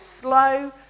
slow